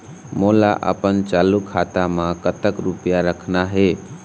मोला अपन चालू खाता म कतक रूपया रखना हे?